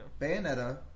Bayonetta